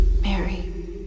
Mary